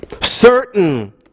Certain